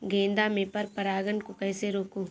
गेंदा में पर परागन को कैसे रोकुं?